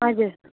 हजुर